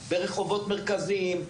ברחובות מרכזיים,